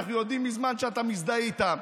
אנחנו יודעים מזמן שאתה מזדהה איתם,